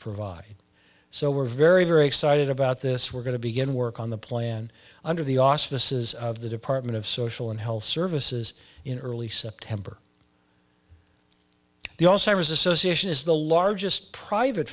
provide so we're very very excited about this we're going to begin work on the plan under the auspices of the department of social and health services in early september the also has association is the largest private